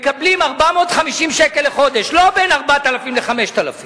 הפנימייה מתוקצבת בין 4,000 ל-5,000